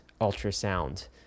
ultrasound